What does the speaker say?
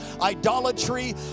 idolatry